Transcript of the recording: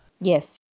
Yes